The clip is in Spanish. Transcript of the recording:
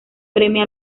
premia